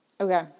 Okay